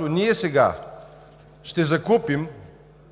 ние сме първите, които ще закупим